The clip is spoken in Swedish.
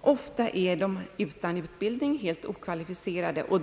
Ofta är personalen helt utan utbildning och okvalificerad.